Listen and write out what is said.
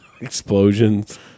explosions